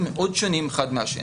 כי התיקים מאוד שונים אחד מהשני.